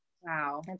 Wow